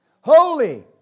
holy